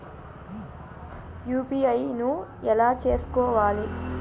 UPI ను ఎలా చేస్కోవాలి?